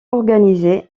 organisées